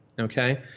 Okay